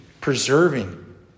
preserving